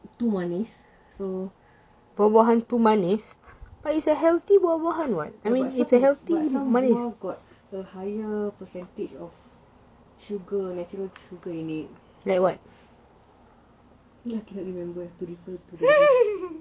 too manis yes but some buah got higher natural sugar in it I can't remember need to refer to the list